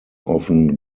often